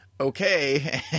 okay